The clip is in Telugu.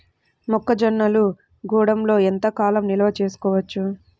మొక్క జొన్నలు గూడంలో ఎంత కాలం నిల్వ చేసుకోవచ్చు?